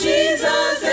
Jesus